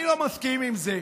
אני לא מסכים עם זה.